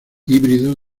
híbrido